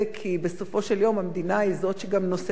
כי בסופו של יום המדינה היא זאת שגם נושאת על